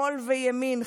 שמאל וימין,